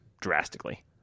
drastically